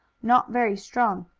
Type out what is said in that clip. not very strong.